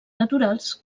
naturals